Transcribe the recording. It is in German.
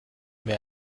mir